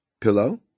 pillow